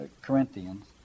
Corinthians